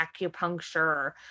acupuncture